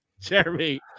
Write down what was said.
Jeremy